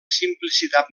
simplicitat